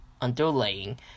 underlaying